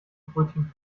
brötchen